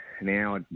now